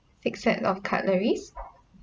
six set of cutleries